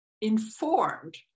informed